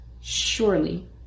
Surely